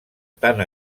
tant